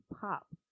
pop